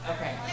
Okay